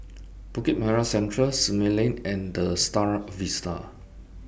Bukit Merah Central Simei Lane and The STAR Vista